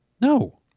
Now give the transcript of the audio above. No